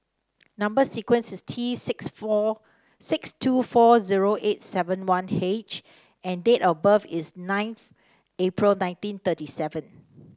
number sequence is T six four six two four zero eight seven one H and date of birth is ninth April nineteen thirty seven